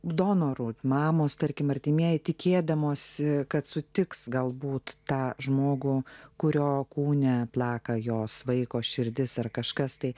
donorų mamos tarkim artimieji tikėdamosi kad sutiks galbūt tą žmogų kurio kūne plaka jos vaiko širdis ar kažkas tai